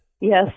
Yes